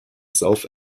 south